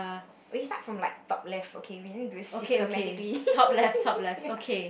or you start from like top left okay we need to do this systematically